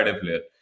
player